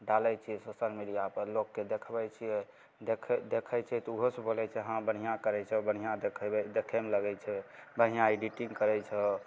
डालै छिए सोशल मीडिआपर लोकके देखबै छिए देखै देखै छै तऽ ओहोसभ बोलै छै हँ बढ़िआँ करै छहो बढ़िआँ देखेबै देखैमे लगै छै बढ़िआँ एडिटिन्ग करै छहो